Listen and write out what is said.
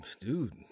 Dude